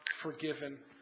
forgiven